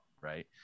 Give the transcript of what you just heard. right